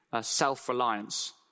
self-reliance